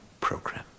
program